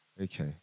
Okay